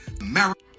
America